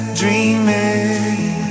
dreaming